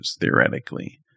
theoretically